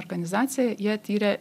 organizacija jie tyrė